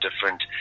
different